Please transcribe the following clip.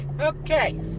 Okay